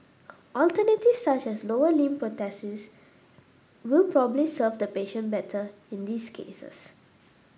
alternatives such as lower limb prosthesis will probably serve the patient better in these cases